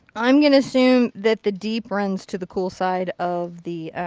i'm going to assume that the deep runs to the cool side of the.